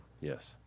Yes